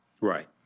Right